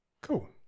Cool